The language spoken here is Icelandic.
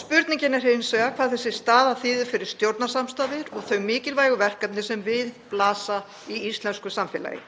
Spurningin er hins vegar hvað þessi staða þýðir fyrir stjórnarsamstarfið og þau mikilvægu verkefni sem við blasa í íslensku samfélagi.